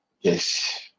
yes